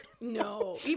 No